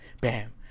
bam